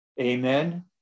Amen